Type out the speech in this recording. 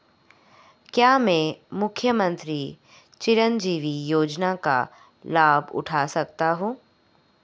क्या मैं मुख्यमंत्री चिरंजीवी योजना का लाभ उठा सकता हूं?